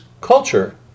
culture